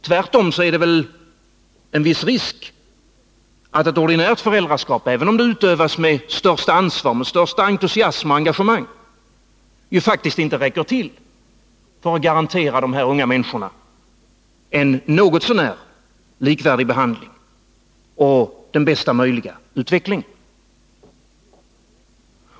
Tvärtom finns det väl en viss risk att ett ordinärt föräldraskap — även om det utövas med största ansvar, största entusiasm och engagemang — inte räcker till för att garantera dessa unga människor en något så när likvärdig behandling och bästa möjliga utveckling.